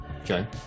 Okay